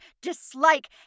dislike